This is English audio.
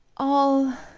all